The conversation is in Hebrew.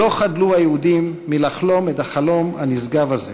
לא חדלו היהודים מלחלום את החלום הנשגב הזה,